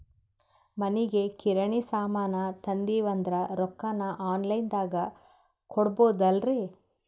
ಮನಿಗಿ ಕಿರಾಣಿ ಸಾಮಾನ ತಂದಿವಂದ್ರ ರೊಕ್ಕ ಆನ್ ಲೈನ್ ದಾಗ ಕೊಡ್ಬೋದಲ್ರಿ?